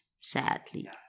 sadly